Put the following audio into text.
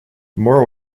moore